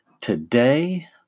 today